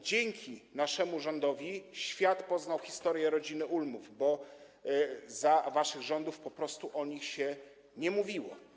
Dzięki naszemu rządowi świat poznał historię rodziny Ulmów, bo za waszych rządów po prostu o nich się nie mówiło.